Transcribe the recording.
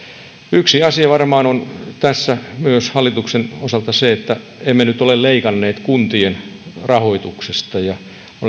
yksi asia varmaan on tässä hallituksen osalta se että emme nyt ole leikanneet kuntien rahoituksesta ja